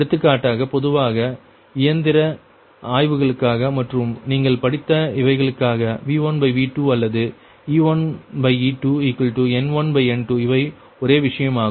எடுத்துக்காட்டாக பொதுவாக இயந்திர ஆய்வுகளுக்காக மற்றும் நீங்கள் படித்த இவைகளுக்காக V1V2 அல்லது e1e2N1N2 இவை ஒரே விஷயம் ஆகும்